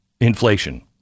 inflation